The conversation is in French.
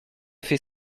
fait